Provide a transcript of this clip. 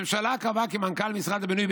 הממשלה קבעה כי מנכ"ל משרד הבינוי,